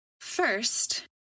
First